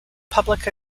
public